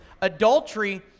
Adultery